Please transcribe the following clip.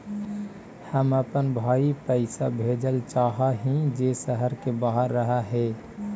हम अपन भाई पैसा भेजल चाह हीं जे शहर के बाहर रह हे